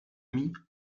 mis